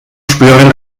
spüren